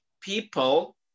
people